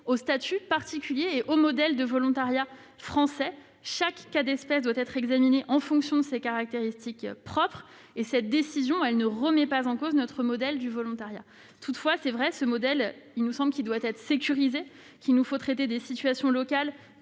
au statut particulier et au modèle de volontariat français. Chaque cas d'espèce doit être examiné en fonction de ses caractéristiques propres. Cette décision ne remet pas en cause notre modèle du volontariat. Toutefois, il est vrai, ce modèle nous semble devoir être sécurisé, en traitant les situations locales,